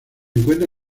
encuentra